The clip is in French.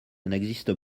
n’existe